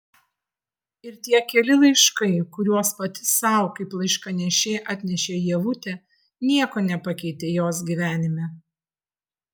ir tie keli laiškai kuriuos pati sau kaip laiškanešė atnešė ievutė nieko nepakeitė jos gyvenime